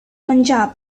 punjab